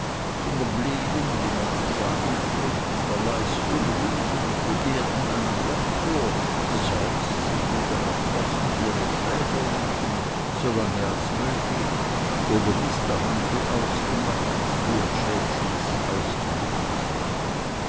sondern blieben wie man zu sagen pflegt in der leistung liegen und begehrten einen doktor das heißt sie blieben auf kosten ihrer schläger liegen so lange als möglich oder bis der handel ausgemacht die entschädnis ausgemittelt war